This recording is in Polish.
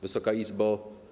Wysoka Izbo!